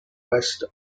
west